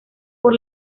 por